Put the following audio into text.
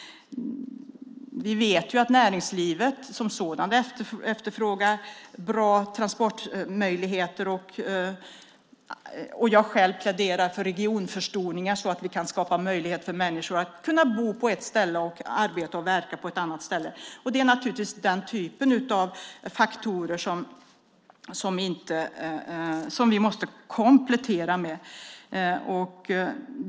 Vi vet att näringslivet som sådant efterfrågar bra transportmöjligheter. Jag själv pläderar för regionförstoringar så att vi kan skapa möjligheter för människor att bo på ett ställe och arbeta och verka på ett annat ställe. Det är naturligtvis den typen av faktorer som vi måste komplettera med.